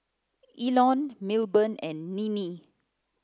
Elon Milburn and Ninnie